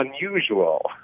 unusual